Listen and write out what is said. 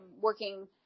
working